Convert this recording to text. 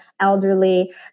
elderly